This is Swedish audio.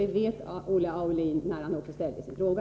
Det visste också Olle Aulin, när han ställde sin fråga.